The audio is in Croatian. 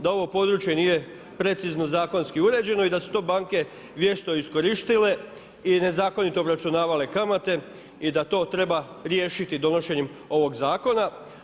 Da ovo područje nije precizno zakonski uređeno i da su to banke vješto iskoristile i nezakonito obračunavale kamate i da to treba riješiti donošenjem ovog zakona.